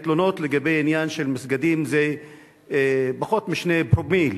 התלונות לגבי עניין מסגדים הן פחות משני פרומיל.